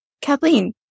Kathleen